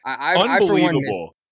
Unbelievable